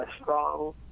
strong